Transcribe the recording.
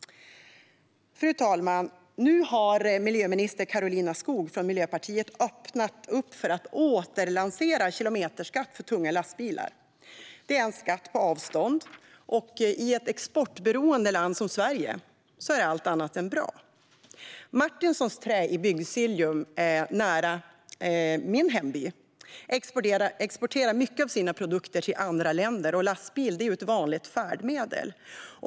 Fru talman! Nu har miljöminister Karolina Skog, Miljöpartiet, öppnat för att återlansera kilometerskatt för tunga lastbilar. Det är en skatt på avstånd, och i ett exportberoende land som Sverige är det allt annat än bra. Martinsons Trä i Bygdsiljum, nära min hemby, exporterar mycket av sina produkter till andra länder, och lastbil är ett vanligt färdmedel.